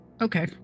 Okay